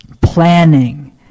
Planning